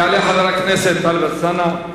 יעלה חבר הכנסת טלב אלסאנע.